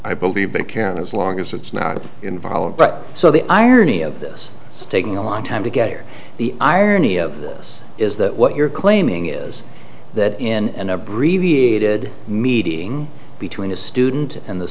i believe they can as long as it's not involved but so the irony of this staking a long time to get here the irony of this is that what you're claiming is that in an abbreviated meeting between a student and the